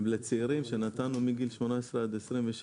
לצעירים שנתנו מגיל 18 עד 26,